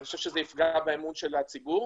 זה יפגע באמון של הציבור.